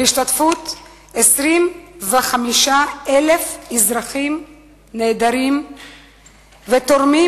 בהשתתפות 25,000 אזרחים נהדרים ותורמים,